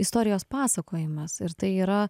istorijos pasakojimas ir tai yra